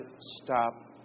stop